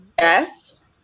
Yes